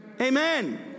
Amen